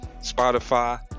Spotify